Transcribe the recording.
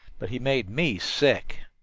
but he made me sick.